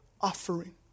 offering